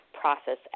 process